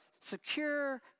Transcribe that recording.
secure